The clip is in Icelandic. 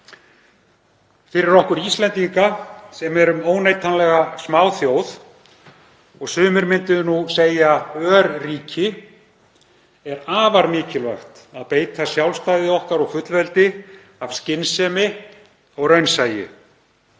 Fyrir okkur Íslendinga, sem erum óneitanlega smáþjóð og sumir myndu nú segja örríki, er afar mikilvægt að beita sjálfstæði okkar og fullveldi af skynsemi og raunsæi.